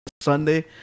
Sunday